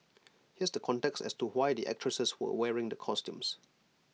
here's the context as to why the actresses were wearing the costumes